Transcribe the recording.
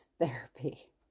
therapy